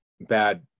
bad